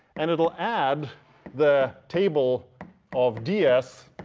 and it'll add the table of ds,